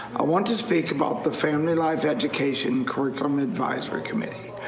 i want to speak about the family life education curriculum advisory committee.